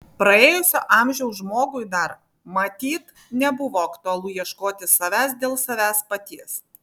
praėjusio amžiaus žmogui dar matyt nebuvo aktualu ieškoti savęs dėl savęs paties